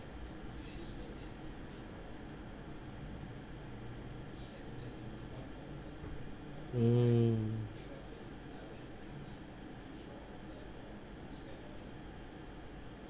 mm